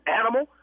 animal